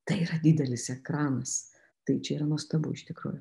tai yra didelis ekranas tai čia yra nuostabu iš tikrųjų